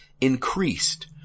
increased